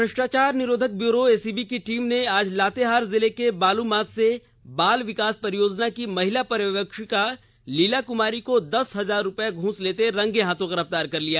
भ्रष्टाचार निरोधक bureau ACB की टीम ने आज लातेहार जिले के बालूमाथ से बाल विकास परियोजना की महिला पर्यवेक्षिका लीला कमारी को दस हजार रुपये घूस लेते रंगे हाथ गिरफतार कर लिया